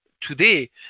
today